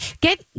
get